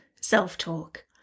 self-talk